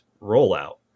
rollout